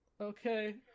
okay